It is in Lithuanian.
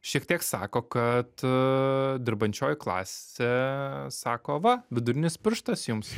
šiek tiek sako kad dirbančioji klasė sako va vidurinis pirštas jums